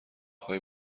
خوای